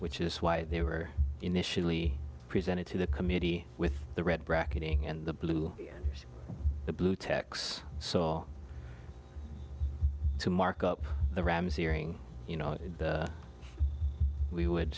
which is why they were initially presented to the committee with the red bracketing and the blue the blue tex saw to mark up the rams hearing you know we would